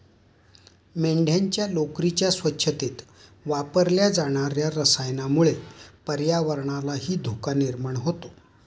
मेंढ्यांच्या लोकरीच्या स्वच्छतेत वापरल्या जाणार्या रसायनामुळे पर्यावरणालाही धोका निर्माण होतो